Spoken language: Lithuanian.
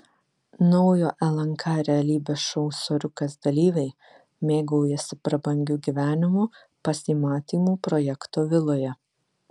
naujo lnk realybės šou soriukas dalyviai mėgaujasi prabangiu gyvenimu pasimatymų projekto viloje